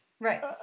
Right